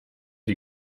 die